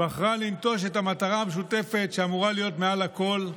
בחרה לנטוש את המטרה המשותפת שאמורה להיות מעל הכול.